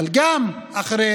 אבל אחרי